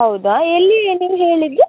ಹೌದಾ ಎಲ್ಲಿ ನೀವು ಹೇಳಿದ್ದು